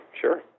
Sure